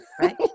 Right